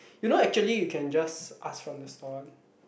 you know actually you can just ask from the stall one